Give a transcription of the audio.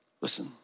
listen